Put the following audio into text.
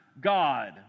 God